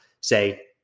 say